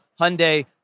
Hyundai